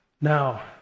now